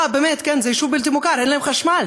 אה, באמת, כן, זה יישוב בלתי מוכר, אין להם חשמל.